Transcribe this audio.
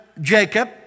Jacob